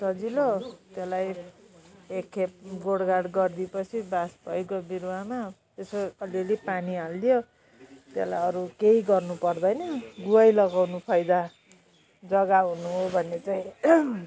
सजिलो त्यसलाई एक खेप गोड गाड गरिदिए पछि बास भइगयो बिरुवामा यसो अलि अलि पानी हालिदियो त्यसलाई अरू केही गर्नु पर्दैन गुवा लगाउनु फाइदा जगा हुनु हो भने चाहिँ